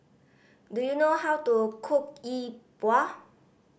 do you know how to cook Yi Bua